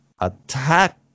Attack